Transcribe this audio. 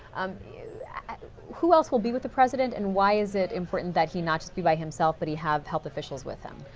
um who else will be with the president, and why is it important that he not be by himself but he has health officials with him?